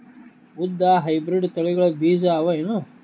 ಉದ್ದ ಹೈಬ್ರಿಡ್ ತಳಿಗಳ ಬೀಜ ಅವ ಏನು?